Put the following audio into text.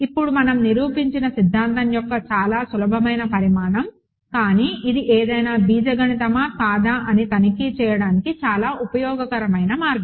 ఇది మనం నిరూపించిన సిద్ధాంతం యొక్క చాలా సులభమైన పరిణామం కానీ ఇది ఏదైనా బీజగణితమా కాదా అని తనిఖీ చేయడానికి చాలా ఉపయోగకరమైన మార్గం